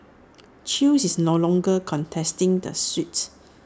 chew is no longer contesting the suit